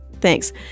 thanks